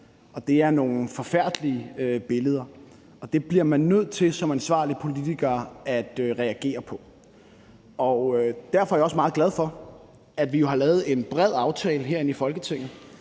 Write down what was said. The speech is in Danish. det er nogle forfærdelige billeder. Det bliver man nødt til som ansvarlig politiker at reagere på. Derfor er jeg også meget glad for, at vi jo har lavet en bred aftale herinde i Folketinget,